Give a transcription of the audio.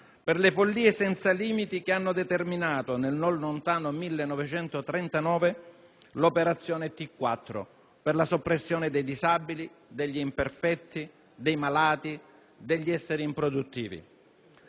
per le follie senza limiti che hanno determinato nel non lontano 1939 l'«operazione T4», per la soppressione dei disabili, degli imperfetti, dei malati, degli esseri improduttivi.